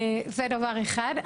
זה דבר אחד.